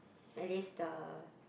at least the